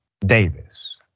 Davis